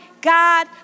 God